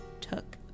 took